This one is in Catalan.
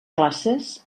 classes